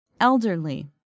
elderly